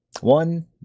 One